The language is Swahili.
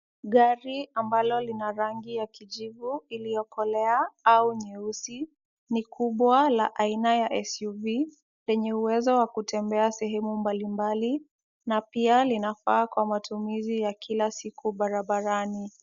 Gari ambalo lina rangi ya kijivu iliyokolea au nyeusi, ni kubwa aina la SUV. Lenye uwezo wa kutembea sehemu mbalimbali, na pia linafaa kwa matumizi ya kila siku barabarani.